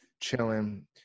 chilling